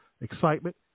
excitement